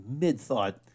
mid-thought